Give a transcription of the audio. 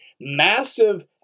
massive